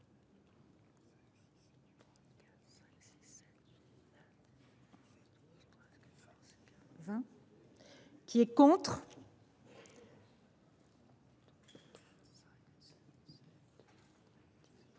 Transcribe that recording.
qui est contre